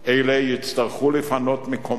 אלה יצטרכו לפנות מקומם